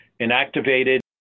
inactivated